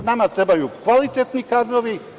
Nama trebaju kvalitetni kadrovi.